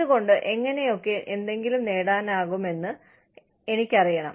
എന്തുകൊണ്ട് എങ്ങനെയൊക്കെ എന്തെങ്കിലും നേടാനാകുമെന്ന് എനിക്കറിയണം